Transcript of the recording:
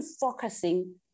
focusing